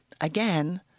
again